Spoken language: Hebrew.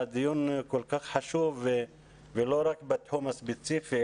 הדיון כל כך חשוב ולא רק בתחום הספציפי,